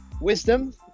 wisdom